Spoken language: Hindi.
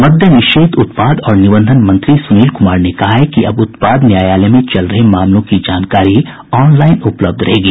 मद्य निषेध उत्पाद और निबंधन मंत्री सुनील कुमार ने कहा है कि अब उत्पाद न्यायालय में चल रहे मामलों की जानकारी ऑनलाईन उपलब्ध रहेगी